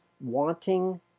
wanting